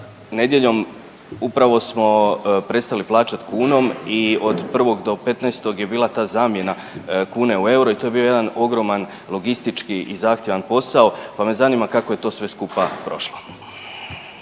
nedjeljom upravo smo prestali plaćat kunom i od 1. do 15. je bila ta zamjena kune u euro i to je bio jedan ogroman logistički i zahtjevan posao, pa me zanima kako je to sve skupa prošlo?